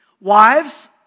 Wives